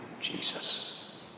Jesus